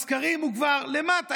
בסקרים הוא כבר למטה.